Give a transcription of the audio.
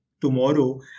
tomorrow